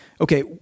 okay